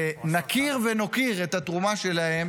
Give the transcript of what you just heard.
ונכיר ונוקיר את התרומה שלהם